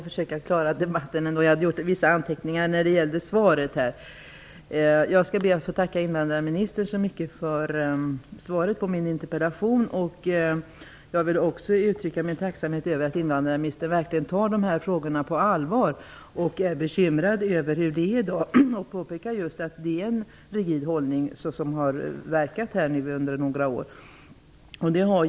Fru talman! Jag skall be att få tacka invandrarministern så mycket för svaret på min interpellation. Jag vill också uttrycka min tacksamhet över att invandrarministern verkligen tar de här frågorna på allvar och är bekymrad över dagens situation. Hon påpekar just att det är en rigid hållning som har verkat under några år.